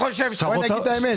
בואו נגיד את האמת.